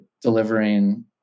delivering